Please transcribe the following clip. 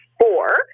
four